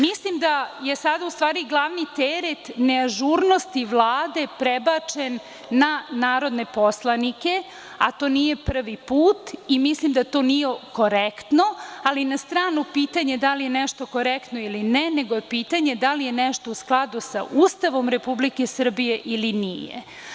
Mislim da je sada u stvari glavni teret neažurnosti Vlade prebačen na narodne poslanike, a to nije prvi put i mislim da to nije korektno, ali, na stranu pitanje da li je nešto korektno ili ne, nego je pitanje da li je nešto u skladu sa Ustavom Republike Srbije ili nije.